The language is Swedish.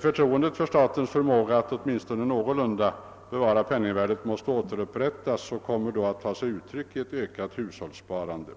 Förtroendet för statens förmåga att åtminstone någorlunda bevara penningvärdet måste återupprättas och kommer då att ta sig uttryck i ett ökat hushållssparande.